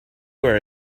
were